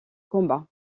combat